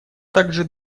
также